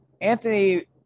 Anthony